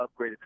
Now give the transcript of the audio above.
upgraded